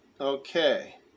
Okay